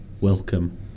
welcome